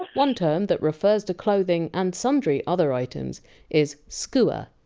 one term that refers to clothing and sundry other items is! skua.